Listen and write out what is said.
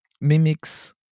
mimics